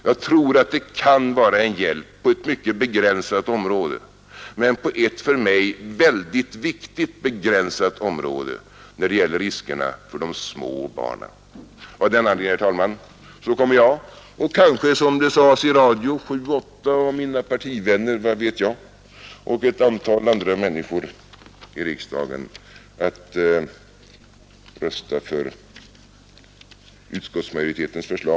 Jag tror att det kan vara en hjälp på ett mycket begränsat område, men på ett för mig väldigt viktigt begränsat område — när det gäller riskerna för de små barnen. Av den anledningen, herr talman, så kommer jag och kanske, som det sades i radio, sju åtta av mina partivänner — vad vet jag? — och ett antal andra människor i riksdagen att rösta för utskottsmajoritetens förslag.